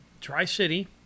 tri-city